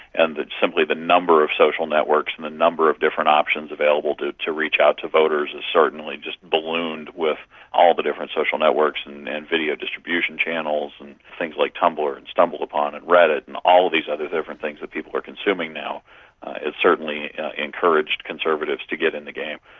and simply the number of social networks and the number of different options available to to reach out to voters has certainly just ballooned with all the different social networks and and video distribution channels and things like tumblr and stumbledupon and reddit and all these other different things that people are consuming now has certainly encouraged conservatives to get in the game.